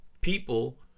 people